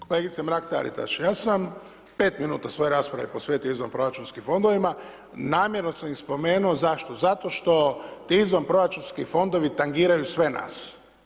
Kolegice Mrak-Taritaš, ja sam 5 minuta svoje rasprave posvetio izvanproračunskim fondovima, namjerno sam ih spomenuo, zašto, zato što ti izvanproračunski fondovi tangiraju sve nas.